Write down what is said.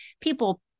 people